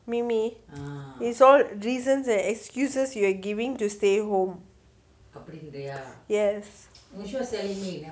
mummy it's all reasons and excuses you are giving to stay home yes